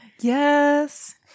Yes